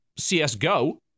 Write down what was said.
CSGO